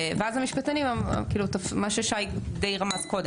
ואז המשפטנים, מה ששי די רמז קודם.